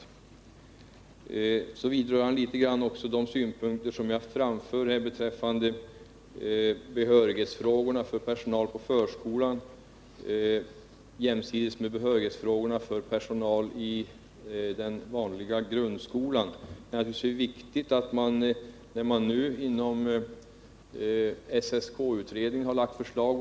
Socialministern vidrörde också litet grand de synpunkter jag har framfört beträffande behörighetsfrågorna för personal i förskolan jämsides med behörighetsfrågorna för personal i den vanliga grundskolan. SSK-utredningen har nu lagt fram förslag om kommunal tillsättning vad beträffar grundskolan.